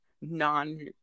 non